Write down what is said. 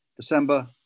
December